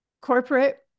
corporate